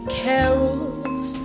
carols